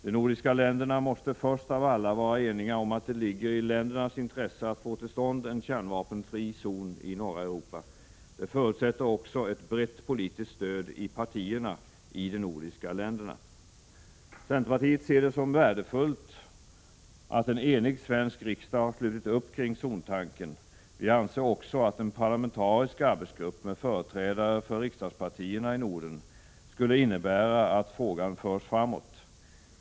De nordiska länderna måste först av allt vara eniga om att det ligger i ländernas intresse att få till stånd en kärnvapenfri zön i norra Europa. Det förutsätter också ett brett politiskt stöd i partierna i de nordiska länderna. Centerpartiet ser det som värdefullt att en enig svensk riksdag har slutit upp kring zontanken. Vi anser också att en parlamentarisk arbetsgrupp, med företrädare för riksdagspartierna i Norden, skulle innebära att frågan förs framåt.